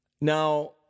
Now